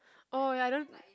oh ya I don't